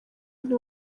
nti